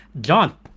John